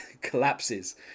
collapses